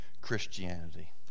Christianity